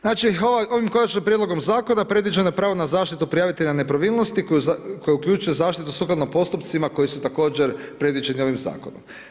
Znači, ovim konačnim prijedlogom zakona, predviđeno je pravo na zaštitu prijavitelja nepravilnosti, koji uključuje zaštitu sukladno postupcima, koji su također predviđeni ovim zakonom.